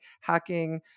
hacking